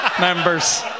members